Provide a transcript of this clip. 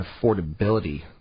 affordability